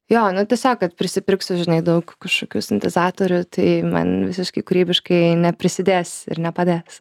jo nu tiesiog kad prisipirksiu žinai daug kažkokių sintizatorių tai man visiškai kūrybiškai neprisidės ir nepadės